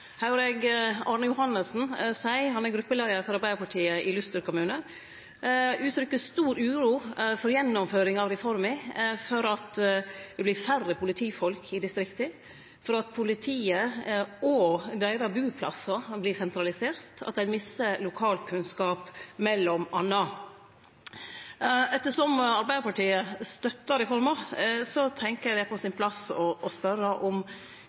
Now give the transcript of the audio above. høyrde eg Arne Johannessen, som er gruppeleiar for Arbeidarpartiet i Luster kommune, uttrykkje stor uro for gjennomføringa av reforma, for at det vert færre politifolk i distrikta, for at politiet og deira buplassar vert sentraliserte, for at ein misser lokalkunnskap m.a. Ettersom Arbeidarpartiet støtta reforma, tenkjer eg det er på sin plass å spørje om